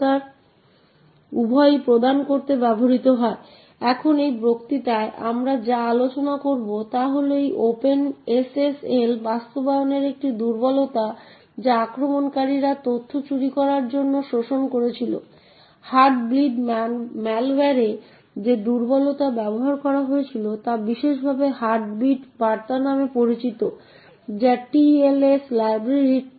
এবং তাই আমরা এখনও সম্পাদন করছি আমরা printfPLT এ যাচ্ছি আমরা লোডারে যাচ্ছি এবং আমরা এখন printf এ প্রবেশ করেছি